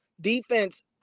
defense